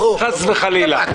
קארין,